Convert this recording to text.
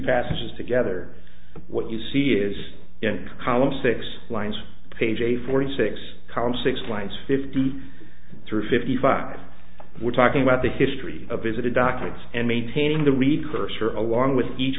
passages together what you see is in column six lines page a forty six column six lines fifty three fifty five we're talking about the history of visited documents and maintaining the read cursor along with each